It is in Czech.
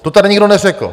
To tady nikdo neřekl.